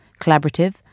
collaborative